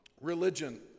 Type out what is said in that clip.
religion